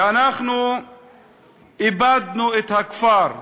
ואנחנו איבדנו את הכפר,